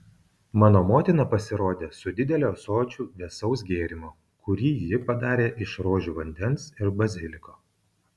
mano motina pasirodė su dideliu ąsočiu vėsaus gėrimo kurį ji padarė iš rožių vandens ir baziliko